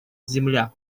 земля